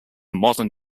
modern